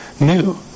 new